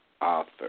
author